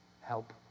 help